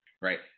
right